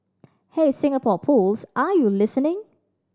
hey Singapore Pools are you listening